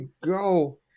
go